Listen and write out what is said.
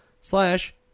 slash